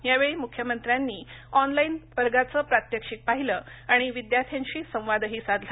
यावेळी मुख्यमंत्र्यांनी ऑनलाईन वर्गाचं प्रात्यक्षिक पाहिलं आणि विद्यार्थ्यांशी संवादही साधला